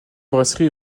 brasserie